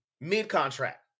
mid-contract